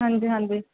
ਹਾਂਜੀ ਹਾਂਜੀ